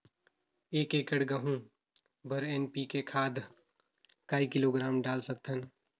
एक एकड़ गहूं बर एन.पी.के खाद काय किलोग्राम डाल सकथन?